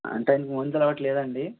అంటే ఆయనకి మందు అలవాటు లేదా అండీ